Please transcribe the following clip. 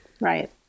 right